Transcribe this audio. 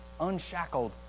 unshackled